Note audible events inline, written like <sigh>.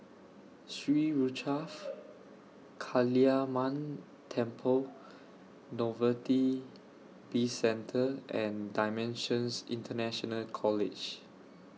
Sri <unintelligible> Kaliamman Temple Novelty Bizcentre and DImensions International College